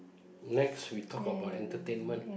next we talk about entertainment